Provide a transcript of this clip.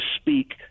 speak